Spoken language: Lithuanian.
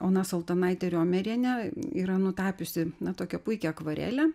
ona saltonaitė riomerienė yra nutapiusi ne tokią puikią akvarelę